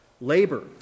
labor